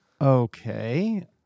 Okay